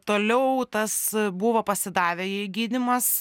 toliau tas buvo pasidavę jai gydymas